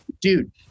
dude